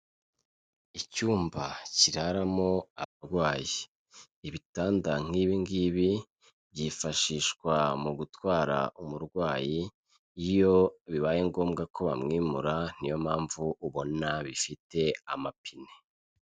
Icyumba kiraramo abarwayi, ibitanda nk'ibiingibi byifashishwa mu gutwara umurwayi iyo bibaye ngombwa ko bamwimura niyo mpamvu ubona bifite amapine.